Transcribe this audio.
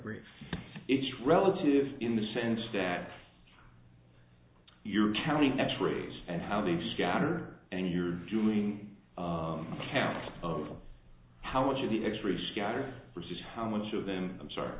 brief it's relative in the sense data you're counting x rays and how they scatter and you're doing count of how much of the x rays scatter versus how much of them i'm sorry